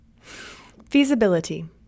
Feasibility